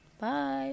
bye